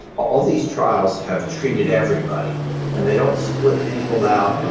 all these trials have treated everybody and they don't split people out.